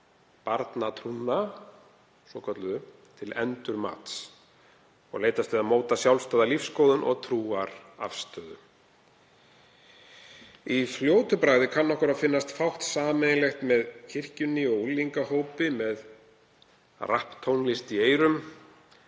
barnatrúna svokölluðu til endurmats og leitast við að móta sjálfstæða lífsskoðun og trúarafstöðu. Í fljótu bragði kann okkur að finnast fátt sameiginlegt með kirkjunni og unglingahópi með rapptónlist í eyrum.